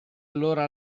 allora